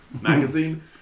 magazine